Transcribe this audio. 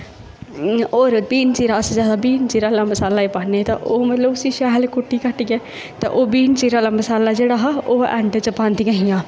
होर पीन जीरा अस पीन जीरा ते आह्ला मसाला पान्ने ते ओह् मतलब उसी शैल कुट्टी काटियै ते ओह् बीन जीरा रला मसाला जेह्ड़ा हा ओह् एंड च पांदियां हियां